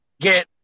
get